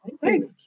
thanks